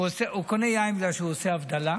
הוא קונה יין בגלל שהוא עושה הבדלה,